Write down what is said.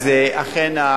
אכן,